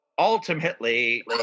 Ultimately